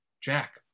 jack